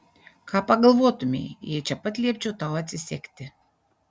ką pagalvotumei jei čia pat liepčiau tau atsisegti